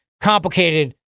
complicated